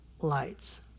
lights